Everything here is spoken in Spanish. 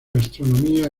gastronomía